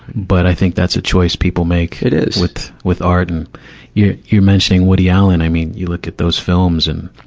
but i think that's a choice people make paul it is. with, with art. and you're, you're mentioning woody allen. i mean, you look at those films and,